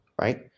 right